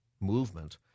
movement